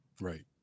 right